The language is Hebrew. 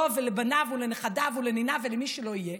לו ולבניו ולנכדיו ולניניו ולמי שלא יהיה.